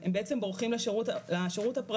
הם בעצם בורחים לשירות הפרטי,